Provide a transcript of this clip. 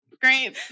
great